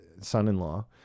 son-in-law